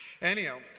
Anyhow